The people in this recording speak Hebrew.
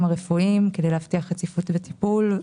הרפואיים כדי להבטיח רציפות וטיפול,